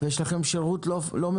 אך יש לכם גם שירות לא מפוקח.